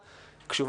אני מקווה מאוד,